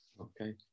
Okay